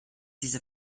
diese